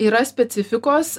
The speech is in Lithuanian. yra specifikos